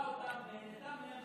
המדינה גנבה,